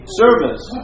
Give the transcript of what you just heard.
service